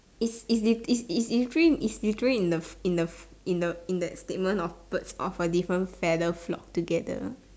if if it is in stream is literally in the F F in the F F in the in that statement of birds of a different feather flock together